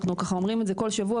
ואנחנו ככה אומרים את זה כל שבוע,